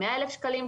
100 אלף שקלים?